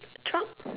truck